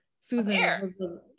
Susan